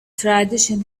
tradition